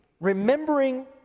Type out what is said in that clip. remembering